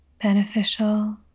beneficial